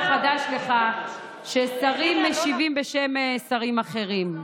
לא חדש לך ששרים משיבים בשם שרים אחרים.